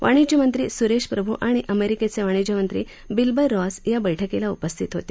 वाणिज्यमंत्री सुरेश प्रभू आणि अमेरिकेचे वाणिज्यमंत्री विल्बर रॉस या बैठकीला उपस्थित होते